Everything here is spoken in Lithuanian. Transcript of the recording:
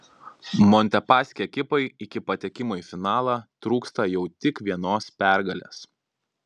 montepaschi ekipai iki patekimo į finalą trūksta jau tik vienos pergalės